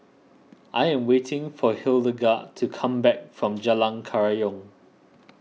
I am waiting for Hildegarde to come back from Jalan Kerayong